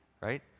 right